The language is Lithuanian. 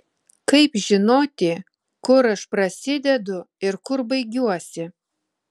kaip žinoti kur aš prasidedu ir kur baigiuosi